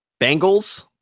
Bengals